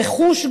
גם ברכוש,